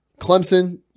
Clemson